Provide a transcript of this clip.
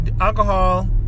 alcohol